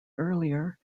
earlier